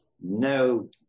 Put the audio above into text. No